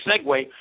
segue